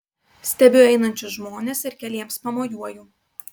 stebiu einančius žmones ir keliems pamojuoju